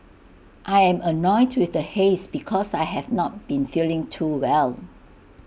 I am annoyed with the haze because I have not been feeling too well